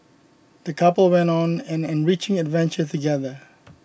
the couple went on an enriching adventure together